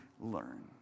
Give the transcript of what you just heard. learn